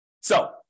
so-